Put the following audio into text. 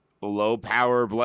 low-power